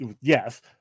Yes